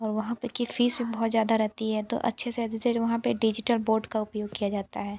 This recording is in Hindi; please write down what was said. और वहाँ पर की फ़ीस बहुत ज़्यादा रहती है तो अच्छे से अधिकतर वहाँ पर डिजिटल बोर्ड का उपयोग किया जाता है